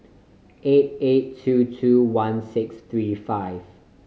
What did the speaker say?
eight eight two two one six three one